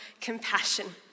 compassion